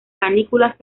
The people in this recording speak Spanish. panículas